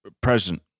present